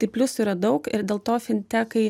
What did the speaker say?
tai pliusų yra daug ir dėl to fintekai